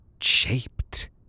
shaped